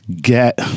Get